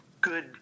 good